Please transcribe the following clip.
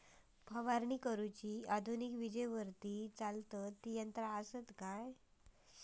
फवारणी करुची आधुनिक विजेवरती चलतत ती यंत्रा आसत काय?